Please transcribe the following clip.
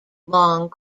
long